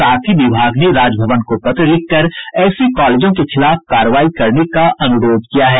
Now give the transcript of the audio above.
साथ ही विभाग ने राजभवन को पत्र लिखकर ऐसे कॉलेजों के खिलाफ कार्रवाई करने का अनुरोध किया है